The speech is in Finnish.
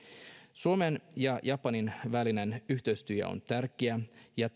suomen ja japanin välinen yhteistyö on tärkeää ja